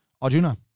Arjuna